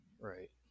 Right